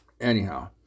Anyhow